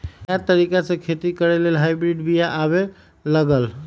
नयाँ तरिका से खेती करे लेल हाइब्रिड बिया आबे लागल